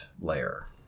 layer